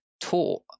taught